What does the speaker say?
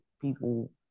people